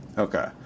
Okay